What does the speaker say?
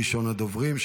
ראשון הדוברים.